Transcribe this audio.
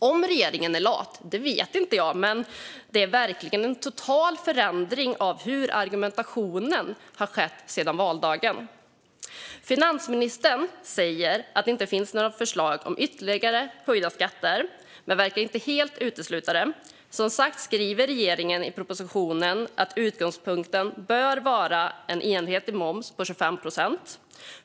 Om regeringen är lat vet jag inte, men det är verkligen en total förändring av argumentationen som har skett sedan valdagen. Finansministern säger att det inte finns några förslag om ytterligare höjda skatter men verkar inte helt utesluta det. Som sagt skriver regeringen i propositionen att utgångspunkten bör vara en enhetlig moms på 25 procent.